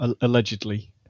allegedly